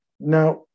Now